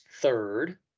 third